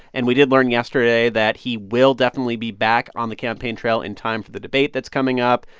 and we did learn yesterday that he will definitely be back on the campaign trail in time for the debate that's coming up,